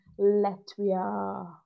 Latvia